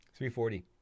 340